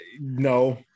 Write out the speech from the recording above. no